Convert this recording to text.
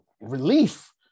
relief